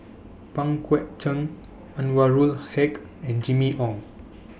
Pang Guek Cheng Anwarul Haque and Jimmy Ong